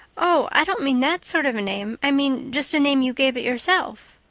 oh, i don't mean that sort of a name. i mean just a name you gave it yourself.